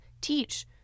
teach